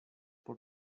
por